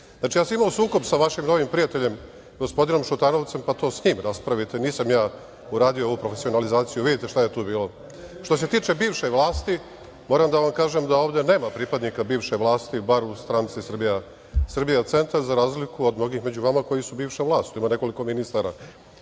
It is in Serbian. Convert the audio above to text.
godine. Znači, ja sam imao sukob sa vašim novim prijateljem gospodinom Šutanovcem, pa to sa njim raspravite. Nisam ja uradio ovu profesionalizaciju. Vidite šta je tu bilo. Što se tiče bivše vlasti, moram da vam kažem da ovde nema pripadnika bivše vlasti, bar u stranci Srbija – Centar, za razliku od mnogih među vama koji su bivša vlast. Tu ima nekoliko ministara